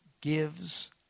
gives